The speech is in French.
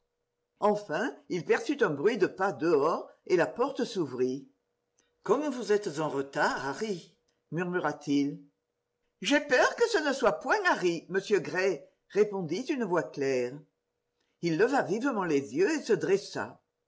enfin il perçut un bruit de pas dehors et la porte s'ouvrit comme vous êtes en retard ilarry mur mura t il j'ai peur que ce ne soit point ilarry monsieur gray répondit une voix claire il leva vivement les yeux et se dressa